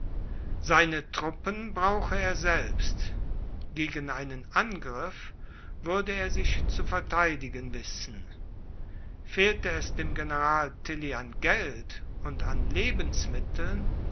seine truppen brauche er selbst gegen einen angriff würde er sich zu vertheidigen wissen fehlte es dem general tilly an geld und an lebensmitteln